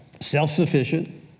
self-sufficient